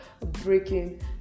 breaking